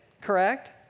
correct